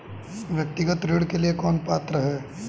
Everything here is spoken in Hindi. व्यक्तिगत ऋण के लिए कौन पात्र है?